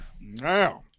Now